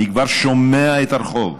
אני כבר שומע את הרחוב.